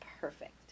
perfect